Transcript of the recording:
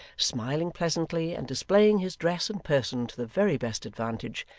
smiling pleasantly, and displaying his dress and person to the very best advantage,